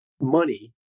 money